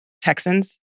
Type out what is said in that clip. Texans